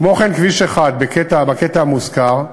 כמו כן, כביש 1, בקטע המוזכר,